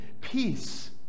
peace